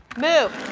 move.